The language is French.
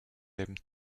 aime